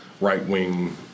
right-wing